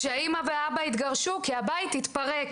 כשהאימא והאבא התגרשו כי הבית התפרק?